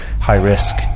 high-risk